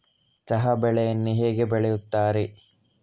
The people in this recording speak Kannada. ಚಹಾ ಬೆಳೆಯನ್ನು ಹೇಗೆ ಬೆಳೆಯುತ್ತಾರೆ?